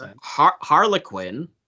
harlequin